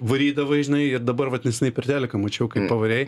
varydavai žinai ir dabar vat nesenai per teliką mačiau kaip pavarei